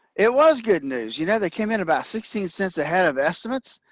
it was good news. you know, they came in about sixteen cents ahead of estimates.